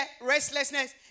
restlessness